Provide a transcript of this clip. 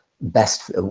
best